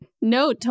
No